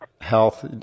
health